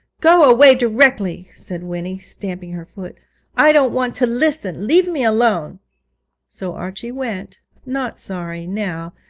go away directly said winnie, stamping her foot i don't want to listen leave me alone so archie went, not sorry, now,